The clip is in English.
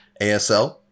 ASL